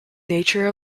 nature